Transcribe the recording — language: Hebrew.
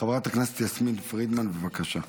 חברת הכנסת יסמין פרידמן, בבקשה.